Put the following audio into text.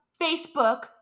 Facebook